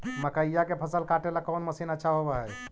मकइया के फसल काटेला कौन मशीन अच्छा होव हई?